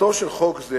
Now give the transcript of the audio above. "מטרתו של חוק זה